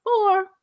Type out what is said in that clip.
four